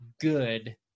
Good